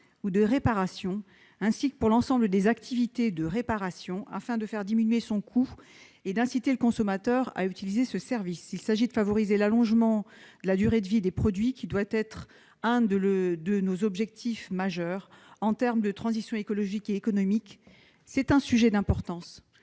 ou de réparation, ainsi que pour l'ensemble des activités de réparation, afin de faire diminuer leur coût et d'inciter le consommateur à utiliser ces services. Il s'agit de favoriser l'allongement de la durée de vie des produits, qui doit être l'un de nos objectifs majeurs en termes de transition écologique et économique. C'est un sujet d'importance